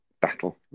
battle